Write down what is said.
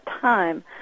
time